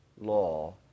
law